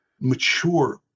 mature